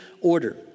order